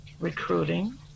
recruiting